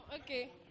okay